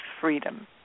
freedom